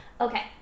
Okay